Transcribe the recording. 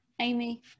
Amy